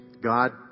God